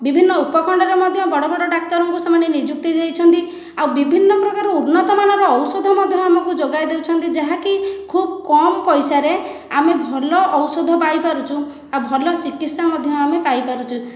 ବିଭିନ୍ନ ଉପଖଣ୍ଡରେ ମଧ୍ୟ ବଡ଼ ବଡ଼ ଡାକ୍ତରଙ୍କୁ ସେମାନେ ନିଯୁକ୍ତି ଦେଇଛନ୍ତି ଆଉ ବିଭିନ୍ନ ପ୍ରକାର ଉନ୍ନତ ମାନର ଔଷଧ ମଧ୍ୟ ଆମକୁ ଯୋଗାଇଦେଉଛନ୍ତି ଯାହାକି ଖୁବ କମ୍ ପଇସାରେ ଆମେ ଭଲ ଔଷଧ ପାଇପାରୁଛୁ ଆଉ ଭଲ ଚିକିତ୍ସା ମଧ୍ୟ ଆମେ ପାଇପାରୁଛୁ